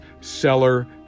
seller